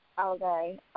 Okay